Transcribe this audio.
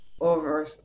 Over